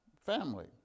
family